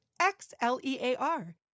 X-L-E-A-R